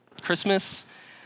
Christmas